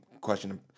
question